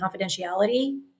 confidentiality